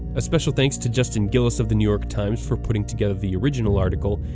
a special thanks to justin gillis of the new york times for putting together the original article,